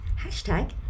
Hashtag